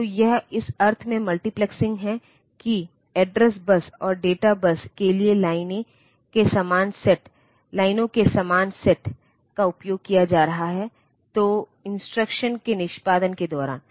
तो यह इस अर्थ में मल्टीप्लेक्सिंग है कि एड्रेस बस और डेटा बस के लिए लाइनों के समान सेट का उपयोग किया जा रहा है तो इंस्ट्रक्शंस के निष्पादन के दौरान